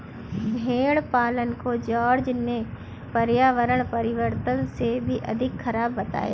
भेड़ पालन को जॉर्ज ने पर्यावरण परिवर्तन से भी अधिक खराब बताया है